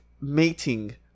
mating